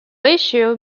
issue